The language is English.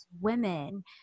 women